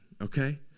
okay